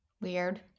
Weird